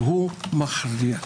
והוא מכריע.